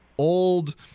old